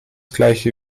gleiche